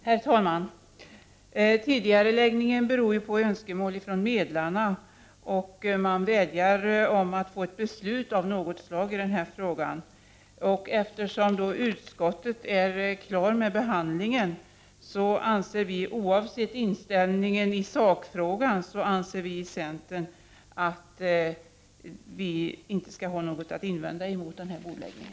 Herr talman! Tidigareläggningen beror på önskemål från medlarna. Man vädjar om att få ett beslut av något slag i den här frågan. Eftersom utskottsbehandlingen är klar vill vi i centern — oavsett inställningen i sakfrågan — framhålla att vi inte skall invända mot denna bordläggning.